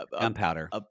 Gunpowder